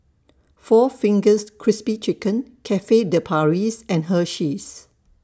four Fingers Crispy Chicken Cafe De Paris and Hersheys